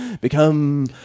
become